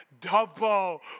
double